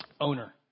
owner